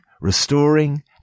Restoring